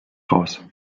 raus